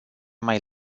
mai